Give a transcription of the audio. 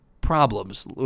problems